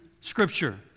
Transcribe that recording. Scripture